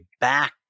back